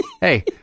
Hey